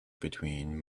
between